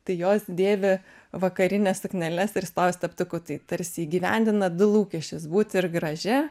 tai jos dėvi vakarines sukneles ir stovi su teptuku tai tarsi įgyvendina du lūkesčius būti ir gražia